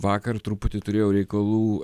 vakar truputį turėjau reikalų